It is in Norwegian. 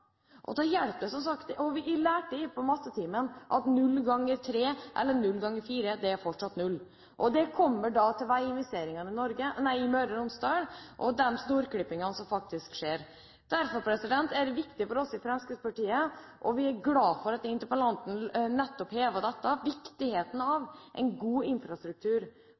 lærte i mattetimen at 0 x 3 eller 0 x 4 fortsatt er 0 – og da kommer vi til veiinvesteringene i Møre og Romsdal og de snorklippingene som faktisk skjer. Derfor er dette viktig for oss i Fremskrittspartiet. Vi er glad for at interpellanten nettopp hever viktigheten av en god infrastruktur,